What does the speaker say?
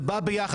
זה בא ביחד.